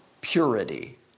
purity